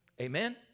Amen